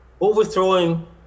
overthrowing